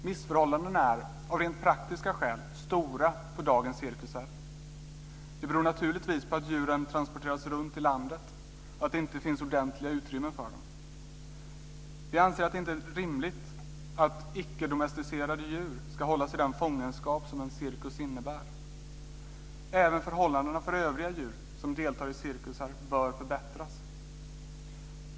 Missförhållandena är av rent praktiska skäl stora på dagens cirkusar. Det beror naturligtvis på att djuren transporteras runt i landet och att det inte finns ordentliga utrymmen för dem. Vi anser att det inte är rimligt att icke domesticerade djur ska hållas i den fångenskap som en cirkus innebär. Även förhållandena för övriga djur som deltar i cirkusar bör förbättras.